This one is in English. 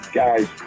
guys